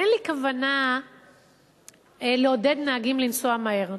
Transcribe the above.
אין לי כוונה לעודד נהגים לנסוע מהר,